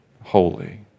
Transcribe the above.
holy